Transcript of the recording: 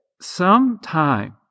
sometime